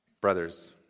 brothers